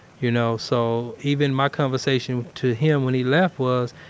you know. so, even my conversation to him when he left was,